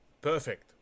perfect